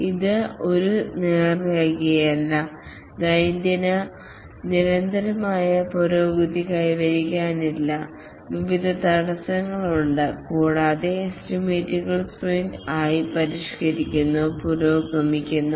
ഇത് ഒരു നേർരേഖയല്ല ദൈനംദിന നിരന്തരമായ പുരോഗതി കൈവരിക്കാനാവില്ല വിവിധ തടസ്സങ്ങളുണ്ട് കൂടാതെ എസ്റ്റിമേറ്റുകൾ സ്പ്രിന്റ് ആയി പരിഷ്കരിക്കുന്നു പുരോഗമിക്കുന്നു